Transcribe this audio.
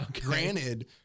Granted